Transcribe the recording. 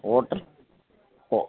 hotel ഓ